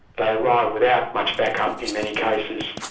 they arrive without much back-up in many cases,